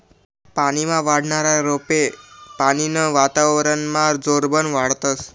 पानीमा वाढनारा रोपे पानीनं वातावरनमा जोरबन वाढतस